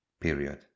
Period